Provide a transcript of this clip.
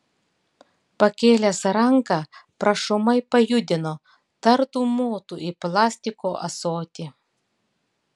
pakėlęs ranką prašomai pajudino tartum motų į plastiko ąsotį